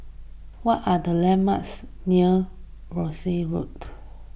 what are the landmarks near Worcester Road